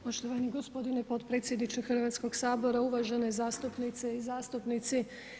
Poštovanje gospodine potpredsjedniče Hrvatskog sabora, uvažene zastupnice i zastupnici.